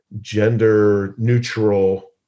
gender-neutral